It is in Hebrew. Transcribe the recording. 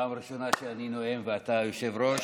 פעם ראשונה שאני נואם ואתה היושב-ראש.